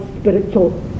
spiritual